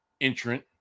entrant